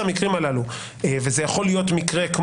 וזה יכול להיות מקרה,